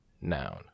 noun